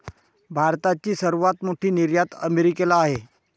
भारताची सर्वात मोठी निर्यात अमेरिकेला आहे